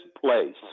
place